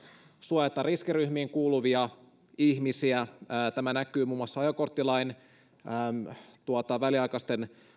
suojata riskiryhmiin kuuluvia ihmisiä tämä näkyy muun muassa ajokorttilain väliaikaisten